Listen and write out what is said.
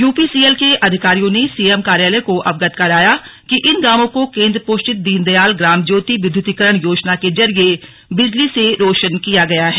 UPCL के अधिकारियों ने सीएम कार्यालय को अवगत कराया कि इन गांवों को केंद्र पोषित दीन दयाल ग्राम ज्योति विद्युतीकरण योजना के जरिए बिजली से रोशन किया गया है